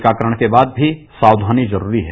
टीकाकरण के बाद भी साक्षानी जरूरी है